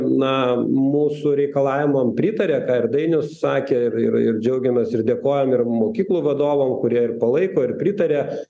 na mūsų reikalavimam pritaria ką ir dainius sakė ir ir džiaugiamės ir dėkojam ir mokyklų vadovam kurie ir palaiko ir pritaria